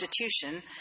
Constitution